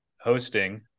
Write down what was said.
hosting